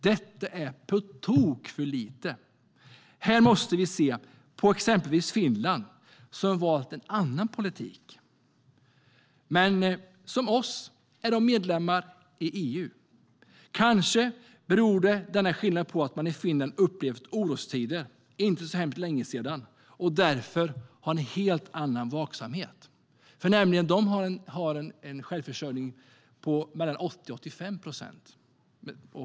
Detta är på tok för lite. Här måste vi se på exempelvis Finland, som har valt en annan politik. De är, som vi, medlemmar i EU. Kanske beror denna skillnad på att man i Finland har upplevt orostider för inte så hemskt länge sedan och därför har en helt annan vaksamhet. De har en självförsörjning på mellan 80 och 85 procent.